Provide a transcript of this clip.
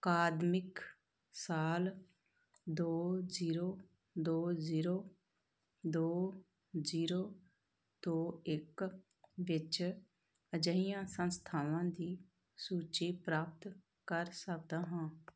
ਅਕਾਦਮਿਕ ਸਾਲ ਦੋ ਜੀਰੋ ਦੋ ਜ਼ੀਰੋ ਦੋ ਜੀਰੋ ਦੋ ਇੱਕ ਵਿੱਚ ਅਜਿਹੀਆਂ ਸੰਸਥਾਵਾਂ ਦੀ ਸੂਚੀ ਪ੍ਰਾਪਤ ਕਰ ਸਕਦਾ ਹਾਂ